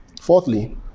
Fourthly